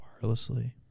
wirelessly